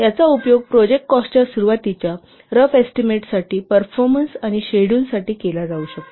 याचा उपयोग प्रोजेक्ट कॉस्टच्या सुरुवातीच्या रफ एस्टीमेटसाठी परफॉर्मन्स आणि शेड्युल साठी केला जाऊ शकतो